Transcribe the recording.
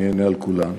אני אענה על כולן.